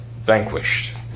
vanquished